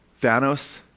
Thanos